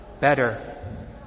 better